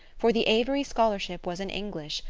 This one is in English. for the avery scholarship was in english,